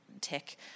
tech